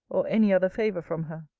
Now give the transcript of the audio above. or any other favour from her.